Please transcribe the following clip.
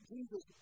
Jesus